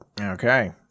okay